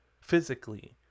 physically